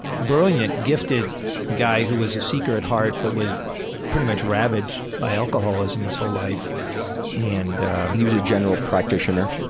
brilliant, gifted guy who was a seeker at heart, but was pretty much ravaged by alcoholism his whole life and paul he was a general practitioner,